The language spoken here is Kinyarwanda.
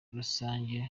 rusange